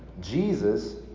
Jesus